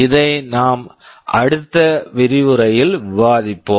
இதை நாம் அடுத்த விரிவுரையில் விவாதிப்போம்